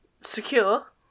secure